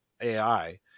AI